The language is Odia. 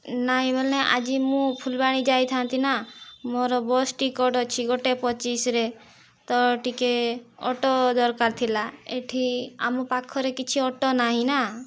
ନାଇଁ ମାନେ ଆଜି ମୁଁ ଫୁଲବାଣୀ ଯାଇଥାନ୍ତି ନା ମୋର ବସ୍ ଟିକଟ ଅଛି ଗୋଟାଏ ପଚିଶ ରେ ତ ଟିକେ ଅଟୋ ଦରକାର ଥିଲା ଏଠି ଆମ ପାଖରେ କିଛି ଅଟୋ ନାହିଁ ନା